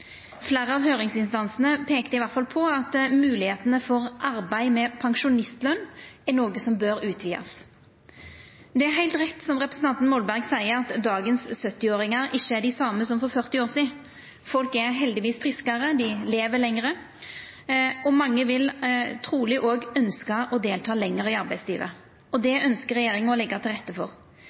Fleire av høyringsinstansane peikte i alle fall på at moglegheitene for arbeid med pensjonistløn bør utvidast. Det er heilt rett, som representanten Molberg seier, at dagens 70-åringar ikkje er dei same som for 40 år sidan. Folk er heldigvis friskare, dei lever lenger, og mange vil truleg òg ønskja å delta lenger i arbeidslivet. Det ønskjer regjeringa å leggja til rette for.